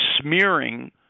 smearing